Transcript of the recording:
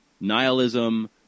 nihilism